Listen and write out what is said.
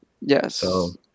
Yes